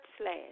slash